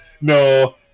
no